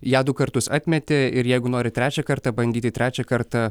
ją du kartus atmetė ir jeigu nori trečią kartą bandyti trečią kartą